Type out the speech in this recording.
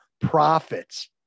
profits